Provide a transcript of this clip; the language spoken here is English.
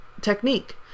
technique